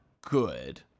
good